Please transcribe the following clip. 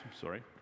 sorry